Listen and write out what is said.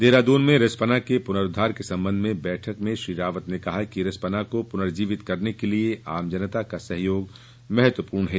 देहराद्न में रिस्पना के पुनरोद्वार के संबंध में हई बैठक में श्री रावत ने कहा कि रिस्पना को पुर्नजीवित करने के लिए आम जनंता का सहयोग महत्वपूर्ण है